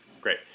Great